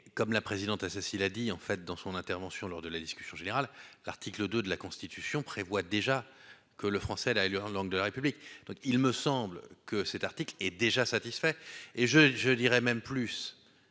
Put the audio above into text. comme la présidente à Cécile a dit en fait, dans son intervention lors de la discussion générale, l'article 2 de la Constitution prévoit déjà que le français est la langue de la République, donc il me semble que cet article est déjà satisfait et je je dirais même plus